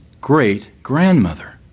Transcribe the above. great-grandmother